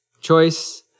Choice